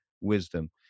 wisdom